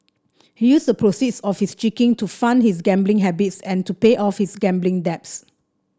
he used the proceeds of his cheating to fund his gambling habits and to pay off his gambling debts